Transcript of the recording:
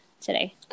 today